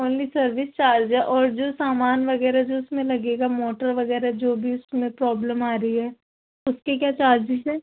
only service charge ہے اور جو سامان وغیرہ جو اس میں لگے گا موٹر وغیرہ جو بھی اس میں پرابلم آ رہی ہے اس کے کیا چارجز ہیں